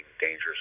dangerous